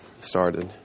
started